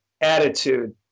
attitude